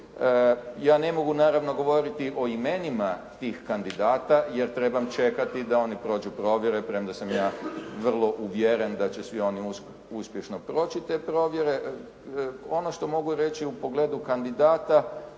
Ja ne mogu naravno govoriti o imenima tih kandidata jer trebam čekati da oni prođu provjere, premda sam ja vrlo uvjeren da će svi oni uspješno proći te provjere. Ono što mogu reći u pogledu kandidata